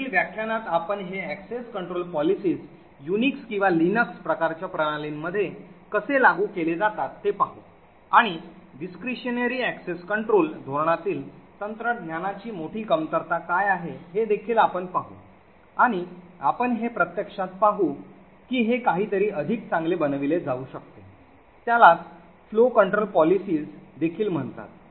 पुढील व्याख्यानात आपण हे access control policies युनिक्स किंवा लिनक्स प्रकारच्या प्रणालींमध्ये कसे लागू केले जातात ते पाहू आणि Discretionary Access Control धोरणातील तंत्रज्ञानाची मोठी कमतरता काय आहे हे देखील आपण पाहु आणि आपण हे प्रत्यक्षात पाहू कि हे काहीतरी अधिक चांगले बनविले जाऊ शकते त्यालाच फ्लो कंट्रोल पोलिसीझ देखील म्हणतात